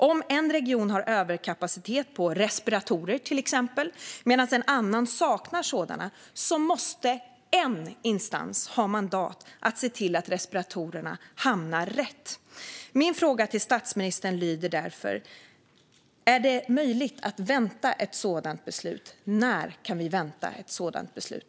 Om en region har överkapacitet på respiratorer medan en annan region saknar sådana, måste en instans ha mandat att se till att respiratorerna hamnar rätt. Mina frågor till statsministern lyder därför: Är det möjligt att vänta ett sådant beslut? När kan vi vänta ett sådant beslut?